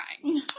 crying